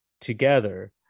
together